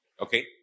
Okay